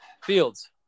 Fields